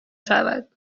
شود